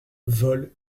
vol